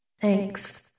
Thanks